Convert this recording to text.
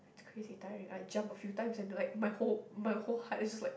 it's crazy tiring I jumped a few times and like my whole my whole heart is just like